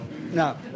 No